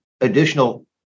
additional